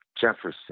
Jefferson